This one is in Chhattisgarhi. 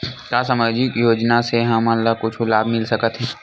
का सामाजिक योजना से हमन ला कुछु लाभ मिल सकत हे?